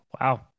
Wow